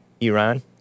Iran